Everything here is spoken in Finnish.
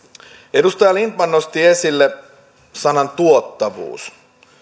edustaja lindtman nosti esille sanan tuottavuus